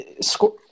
Score